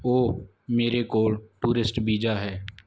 ਓ ਮੇਰੇ ਕੋਲ tourist visa ਹੈ